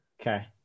Okay